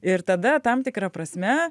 ir tada tam tikra prasme